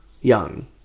young